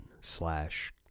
Slash